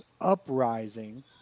uprising